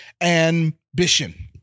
ambition